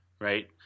Right